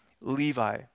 Levi